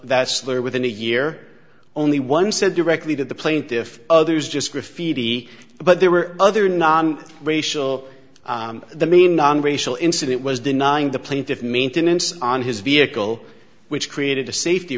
there within a year only one said directly to the plaintiff others just graffiti but there were other non racial the main non racial incident was denying the plaintiff maintenance on his vehicle which created a safety